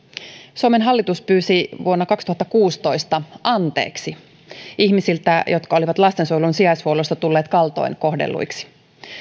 suomen hallitus pyysi vuonna kaksituhattakuusitoista anteeksi ihmisiltä jotka olivat lastensuojelun sijaishuollossa tulleet kaltoinkohdelluiksi